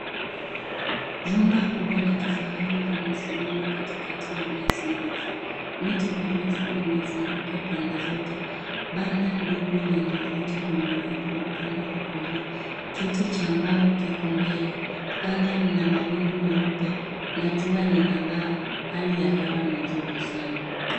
Jumba kubwa la kifahari linasimama katikati ya nyasi ndefu. Miti mirefu imezunguka pande zote. Banda ndogo lenye viti limewekwa upande wa kulia. Kiti cha mbao kiko mbele. Anga lina mawingu meupe na jua linang'aa. Hali ya hewa ni nzuri sana.